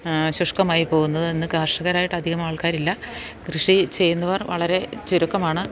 ശുഷ്കമായിപ്പോകുന്നത് ഇന്ന് കാർഷകരായിട്ടധികമാൾക്കാരില്ല കൃഷി ചെയ്യുന്നവർ വളരെ ചുരുക്കമാണ്